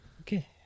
Okay